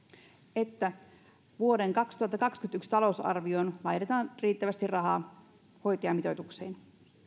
että vuoden kaksituhattakaksikymmentäyksi talousarvioon laitetaan riittävästi rahaa hoitajamitoitukseen